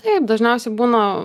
taip dažniausiai būna